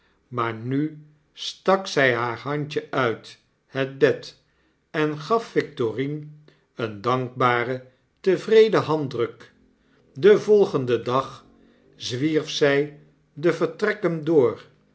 maar nu stak zy haar handje uit het bed en gaf victorine een dankbaren tevreden handdruk den volgenden dag zwierf zy de vertrekken door